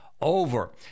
Over